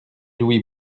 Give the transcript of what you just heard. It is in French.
louis